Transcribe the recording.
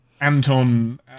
Anton